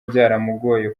byaramugoye